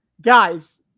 guys